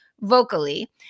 vocally